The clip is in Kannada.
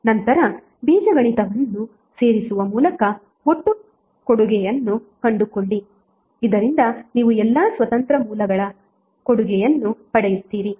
ನಂತರ ಬೀಜಗಣಿತವನ್ನು ಸೇರಿಸುವ ಮೂಲಕ ಒಟ್ಟು ಕೊಡುಗೆಯನ್ನು ಕಂಡುಕೊಳ್ಳಿ ಇದರಿಂದ ನೀವು ಎಲ್ಲಾ ಸ್ವತಂತ್ರ ಮೂಲಗಳ ಕೊಡುಗೆಯನ್ನು ಪಡೆಯುತ್ತೀರಿ